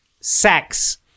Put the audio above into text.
Sex